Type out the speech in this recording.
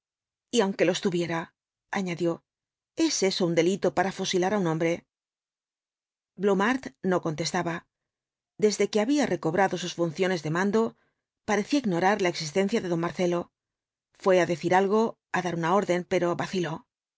y aunque los tuviera añadió es eso un delito para fusilar á un hombre blumhardt no contestaba desde que había recobrado sus funciones de mando parecía ignorar la existencia de don marcelo fué á decir algo á dar una orden pero vaciló